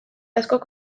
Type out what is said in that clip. askok